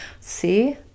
See